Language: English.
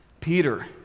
Peter